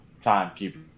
timekeeper